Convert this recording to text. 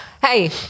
Hey